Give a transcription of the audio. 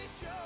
show